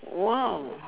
!wow!